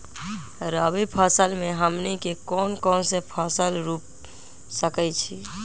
रबी फसल में हमनी के कौन कौन से फसल रूप सकैछि?